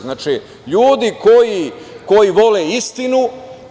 Znači, ljudi koji vole istinu.